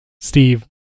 Steve